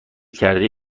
کرده